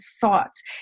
thoughts